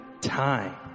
time